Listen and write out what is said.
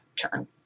turn